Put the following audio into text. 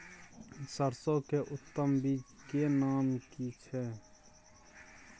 सरसो के उत्तम बीज के नाम की छै?